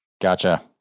Gotcha